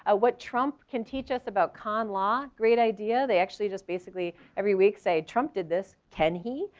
ah what trump can teach us about con law, great idea. they actually just basically, every week, say, trump did this, can he?